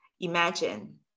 Imagine